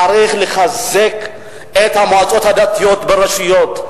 צריך לחזק את המועצות הדתיות ברשויות.